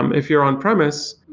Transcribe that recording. um if you're on-premise,